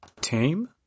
Tame